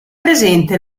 presente